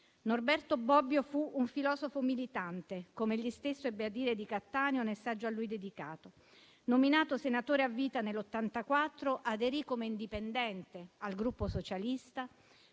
Norberto Bobbio fu un filosofo militante, come egli stesso ebbe a dire di Cattaneo nel saggio a lui dedicato. Nominato senatore a vita nel 1984, aderì come indipendente al Gruppo socialista;